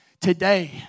Today